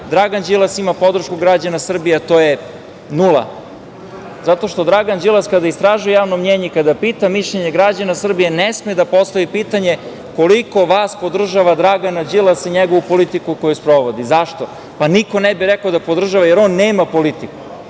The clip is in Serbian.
Dragan Đilas ima podrške građana Srbije, a to je nula. Zato što Dragan Đilas kada istražuje javno mnjenje i kada pita mišljenje građana Srbije ne sme da postavi pitanje – koliko vas podržava Dragana Đilasa i njegovu politiku koju sprovodi? Zašto? Pa niko ne bi rekao da podržava, jer on nema politiku.